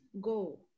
go